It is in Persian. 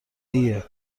ایه